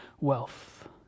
wealth